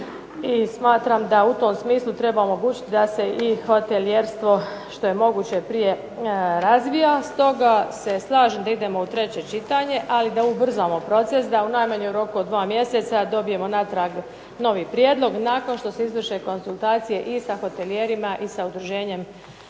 i smatram da u tom smislu treba omogućiti da se i hotelijerstvo što je moguće prije razvoja. Stoga se slažem da idemo u treće čitanje ali da ubrzamo proces, da u najmanjem roku od 2 mjeseca dobijemo natrag novi prijedlog nakon što se izvrše konzultacije i sa hotelijerima i sa udruženjem